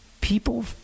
People